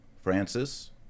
Francis